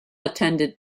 attended